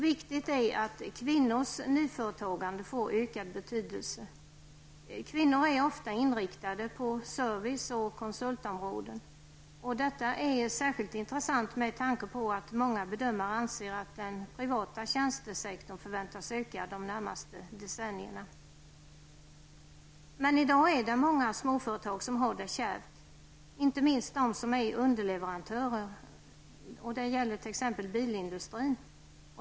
Viktigt är att kvinnors nyföretagande får ökad betydelse. Kvinnor är ofta inriktade på service och konsultområden. Detta är särskilt intressant med tanke på att många bedömare anser att den privata tjänstesektorn kommer att öka de närmaste decennierna. I dag har många småföretag det kärvt, inte minst de som är underleverantörer t.ex. till bilindustrin.